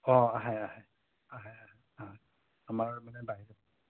অঁ আহে আহে আহে আহে অঁ আমাৰ মানে বাহিৰৰ